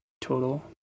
total